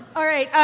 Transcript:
all right.